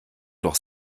doch